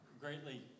greatly